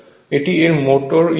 এটি এর motor input